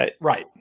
Right